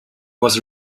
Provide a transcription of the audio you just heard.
was